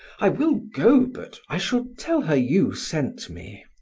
i will go, but i shall tell her you sent me!